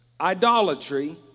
idolatry